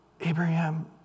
Abraham